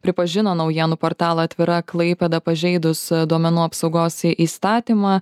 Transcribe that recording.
pripažino naujienų portalą atvira klaipėda pažeidus duomenų apsaugos įstatymą